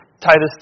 Titus